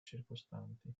circostanti